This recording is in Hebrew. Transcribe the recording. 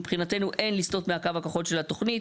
מבחינתנו אין לסטות מהקו הכחול של התוכנית.